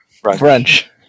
French